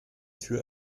tür